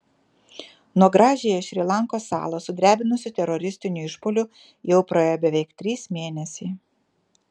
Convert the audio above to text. nuo gražiąją šri lankos salą sudrebinusių teroristinių išpuolių jau praėjo beveik trys mėnesiai